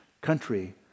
country